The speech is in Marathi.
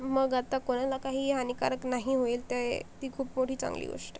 मग आता कोणाला काहीही हानिकारक नाही होईल ते ती खूप मोठी चांगली गोष्ट